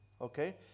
Okay